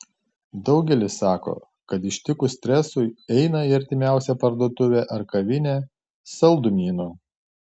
daugelis sako kad ištikus stresui eina į artimiausią parduotuvę ar kavinę saldumynų